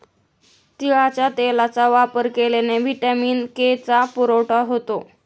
तिळाच्या तेलाचा वापर केल्याने व्हिटॅमिन के चा पुरवठा होतो